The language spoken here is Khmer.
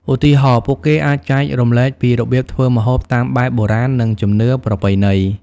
ឧទាហរណ៍ ពួកគេអាចចែករំលែកពីរបៀបធ្វើម្ហូបតាមបែបបុរាណនិងជំនឿប្រពៃណី។